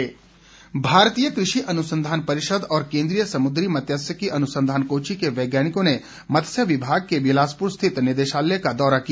दौरा भारतीय कृषि अनुसंधान परिषद और केंद्रीय समुद्री मात्स्यिकी अनुसंधान कोची के वैज्ञानिकों ने मत्स्य विभाग के बिलासपुर स्थित निदेशालय का दौरा किया